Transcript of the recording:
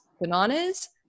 bananas